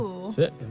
Sick